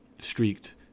streaked